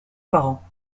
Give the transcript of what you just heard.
parents